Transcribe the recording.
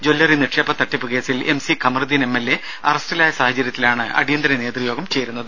jewellery നിക്ഷേപത്തട്ടിപ്പുകേസിൽ M C Kamaruddin M L A അറസ്റ്റിലായ സാഹചര്യത്തിലാണ് അടിയന്തര നേതൃയോഗം ചേരുന്നത്